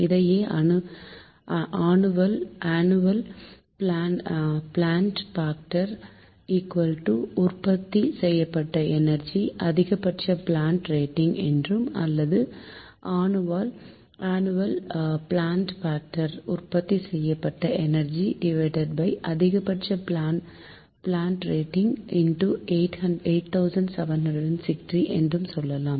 இதையே annual plant factor உற்பத்தி செய்யப்பட்ட எனர்ஜி அதிகபட்ச பிளான்ட் ரேட்டிங் என்றும் அல்லது ஆனுவல் பிளான்ட் பாக்டர் உற்பத்தி செய்யப்பட்ட எனர்ஜி அதிகபட்ச பிளான்ட் ரேட்டிங்8760 என்றும் சொல்லலாம்